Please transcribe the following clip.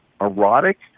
erotic